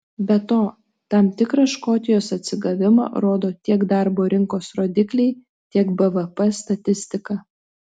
be to tam tikrą škotijos atsigavimą rodo tiek darbo rinkos rodikliai tiek bvp statistika